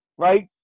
Right